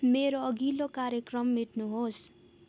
मेरो अघिल्लो कार्यक्रम मेट्नुहोस्